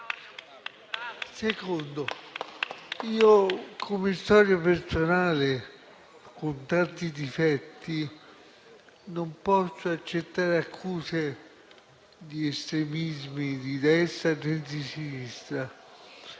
luogo, per la mia storia personale, e con tanti difetti, io non posso accettare accuse di estremismi di destra o di sinistra